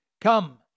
Come